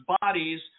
bodies